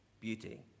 beauty